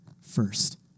first